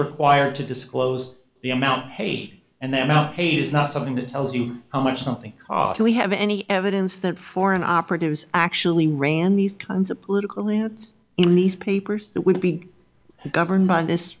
required to disclose the amount paid and they're not paid is not something that tells you how much something costs we have any evidence that foreign operatives actually ran these kinds of political rants in these papers that would be governed by this